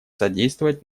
содействовать